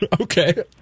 Okay